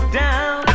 down